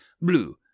blue